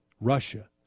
Russia